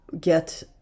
get